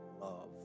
love